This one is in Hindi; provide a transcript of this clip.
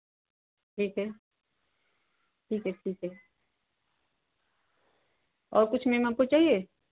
ठीक है ठीक है ठीक है और कुछ मेम आप को चाहिए